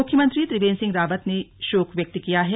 मुख्यमंत्री त्रिवेंद्र सिंह रावत ने भी शोक व्यक्त किया है